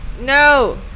No